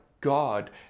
God